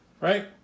right